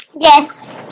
Yes